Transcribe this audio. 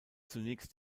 zunächst